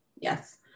yes